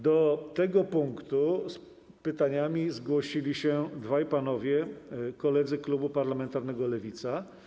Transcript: Do tego punktu z pytaniami zgłosili się dwaj panowie, koledzy z klubu parlamentarnego Lewica.